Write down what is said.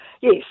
Yes